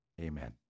Amen